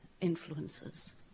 influences